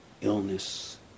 illness